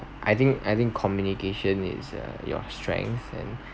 I think I think communication is uh your strength and